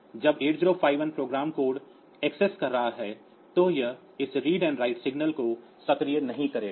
इसलिए जब 8051 program code access कर रहा है तो यह इस रीड एंड राइट सिग्नल को सक्रिय नहीं करेगा